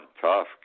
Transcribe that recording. tough